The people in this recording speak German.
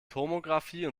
tomographie